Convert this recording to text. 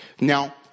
Now